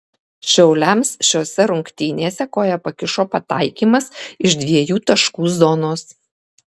šiauliams šiose rungtynėse koją kišo pataikymas iš dviejų tašų zonos